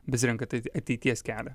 besirenkant at ateities kelią